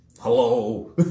Hello